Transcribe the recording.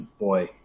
boy